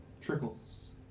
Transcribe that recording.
trickles